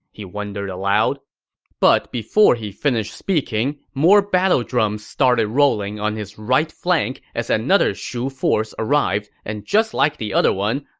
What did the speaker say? he wondered aloud but before he finished speaking, more battle drums starting rolling on his right flank as another shu force arrived, and just like the other one,